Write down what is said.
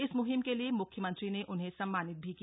इस मुहिम के लिए मुख्यमंत्री ने उन्हें सम्मानित भी किया